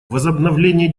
возобновление